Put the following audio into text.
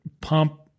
pump